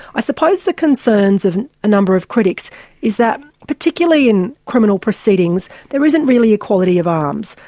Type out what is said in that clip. i suppose the concerns of a number of critics is that particularly in criminal proceedings there isn't really equality of arms.